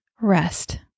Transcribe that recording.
rest